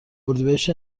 اردیبهشت